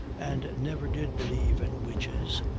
and never did believe in witches,